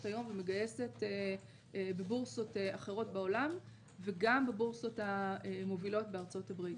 היום ומגייסת בבורסות אחרות בעולם וגם בבורסות המובילות בארצות הברית.